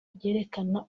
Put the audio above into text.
byerekana